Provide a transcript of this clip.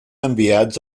enviats